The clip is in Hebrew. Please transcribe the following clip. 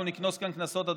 אנחנו נקנוס כאן קנסות היום,